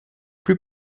plus